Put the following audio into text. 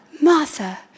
Martha